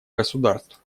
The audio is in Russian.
государств